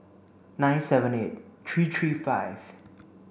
nine seven eight three three five